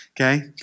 okay